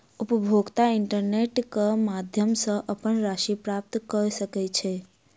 उपभोगता इंटरनेट क माध्यम सॅ अपन राशि प्राप्त कय सकै छै